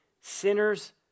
sinners